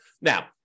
Now